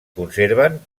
conserven